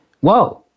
Whoa